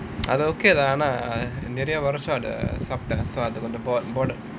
அது:athu okay தான் ஆனா நிறையா வருஷம் அத சாப்பிட்டேன்:thaan aanaa niraiyaa varusham atha saapitaen so அது கொஞ்சம்:athu konjam bore